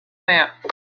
map